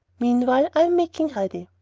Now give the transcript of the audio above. meanwhile, i am making ready.